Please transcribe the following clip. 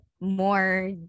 more